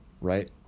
Right